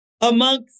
amongst